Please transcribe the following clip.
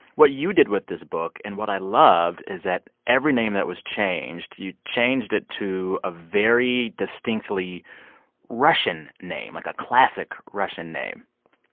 what you did with this book and what i loved is that every name that was changed, you changed it to a very distinctly russian name, like a classic russian name.